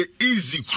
easy